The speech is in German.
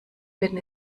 werden